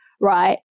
right